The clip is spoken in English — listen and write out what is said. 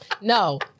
No